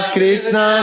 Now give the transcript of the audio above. Krishna